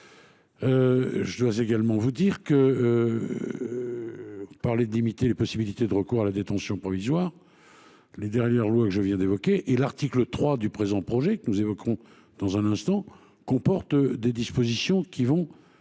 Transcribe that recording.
de prison. Vous parlez de limiter les possibilités de recours à la détention provisoire. Les dernières lois que je viens d'évoquer et l'article 3 du présent projet, que nous aborderons dans un instant, comportent des dispositions qui vont